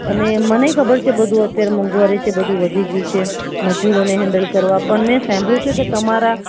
અને મનેય ખબર છે બધું અત્યારે મોંઘવારી છે બધું વધી ગયું છે મજૂરોને હેન્ડલ કરવા પણ મેં સાંભળ્યું છે કે તમારા